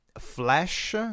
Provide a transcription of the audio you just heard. flash